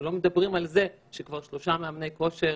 אנחנו לא מדברים על זה שכבר שלושה מאמני כושר